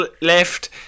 left